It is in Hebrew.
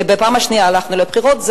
בפעם השנייה הלכנו לבחירות.